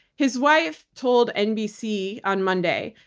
his wife told nbc on monday,